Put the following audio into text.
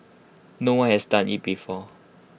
no one has done IT before